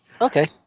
Okay